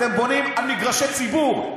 אתם בונים על מגרשי ציבור,